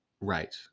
Right